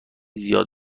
زیاد